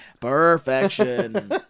Perfection